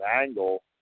angle